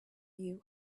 you